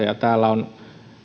ja ylen asiaa ylipäänsä kun